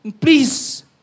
please